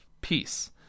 peace